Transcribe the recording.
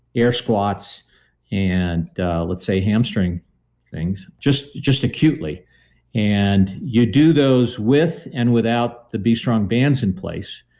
air squats and let's say hamstring things, just just acutely and you do those with and without the b strong bands in place.